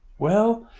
well.